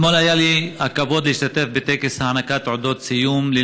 אתמול היה לי הכבוד להשתתף בטקס הענקת תעודות סיום על